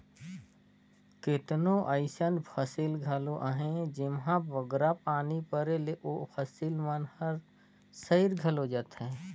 केतनो अइसन फसिल घलो अहें जेम्हां बगरा पानी परे ले ओ फसिल मन हर सइर घलो जाथे